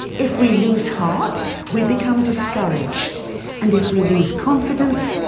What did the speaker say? if we lose heart we become discouraged and if we lose confidence,